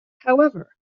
however